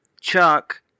Chuck